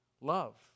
love